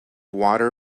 water